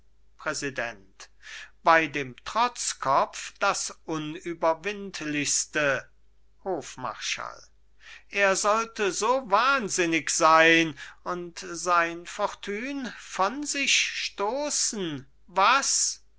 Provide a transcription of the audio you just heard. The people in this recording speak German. präsident bei dem trotzkopf das unüberwindlichste hofmarschall er soll so wahnsinnig sein und sein fortune von sich stoßen was